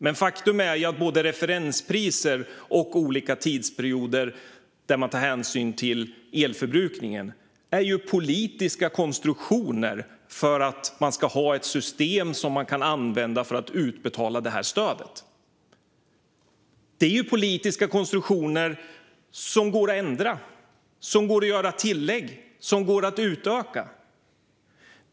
Men faktum är att både referenspriser och olika tidsperioder där man tar hänsyn till elförbrukningen är politiska konstruktioner för att man ska ha ett system som man kan använda för att utbetala stödet. Det är politiska konstruktioner som går att ändra, göra tillägg till och utöka.